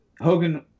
Hogan